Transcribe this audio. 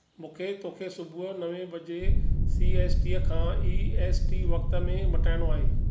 मूंखे तोखे सुबुहु नवे बजे सी एस टी खां ई एस टी वक़्त में मटाइणो आहे